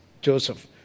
Joseph